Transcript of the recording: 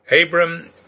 Abram